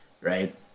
right